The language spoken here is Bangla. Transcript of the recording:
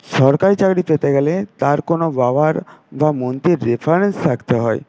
সরকারি চাকরি পেতে গেলে তার কোন বাবার বা মন্ত্রীর রেফারেন্স থাকতে হয়